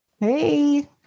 Hey